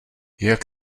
jak